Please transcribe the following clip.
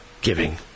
giving